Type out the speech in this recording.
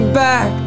back